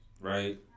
Right